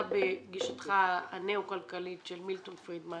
אתה בגישתך הניאו כלכלית של מילטון פרידמן